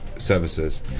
services